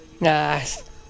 nice